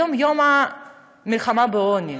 היום יום המלחמה בעוני,